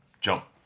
jump